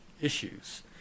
issues